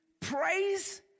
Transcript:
praise